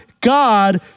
God